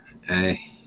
Hey